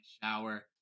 shower